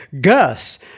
gus